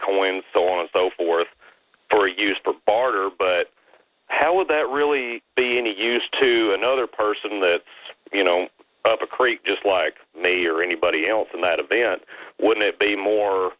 coins so on and so forth for use for barter but how would that really be any use to another person in the you know of a crate just like me or anybody else in that event would it be more